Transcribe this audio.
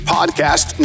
Podcast